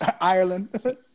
Ireland